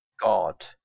god